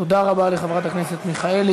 תודה רבה לחברת הכנסת מיכאלי.